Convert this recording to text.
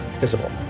visible